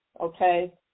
okay